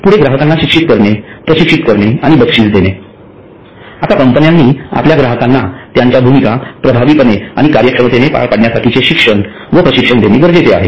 पुढे ग्राहकांना शिक्षित करणे प्रशिक्षित करणे आणि बक्षीस देणे आता कंपन्यांनी आपल्या ग्राहकांना त्यांच्या भूमिका प्रभावीपणे आणि कार्यक्षमतेने पार पाडण्यासाठीचे शिक्षण व प्रशिक्षण देणे गरजेचे आहे